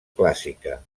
clàssica